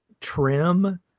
trim